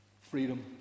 freedom